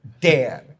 Dan